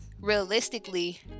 realistically